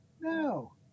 No